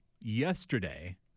yesterday